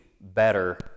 better